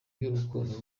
by’urukundo